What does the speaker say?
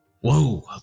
Whoa